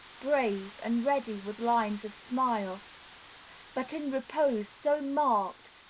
brave, and ready with lines of smile but in repose so marked,